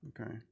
okay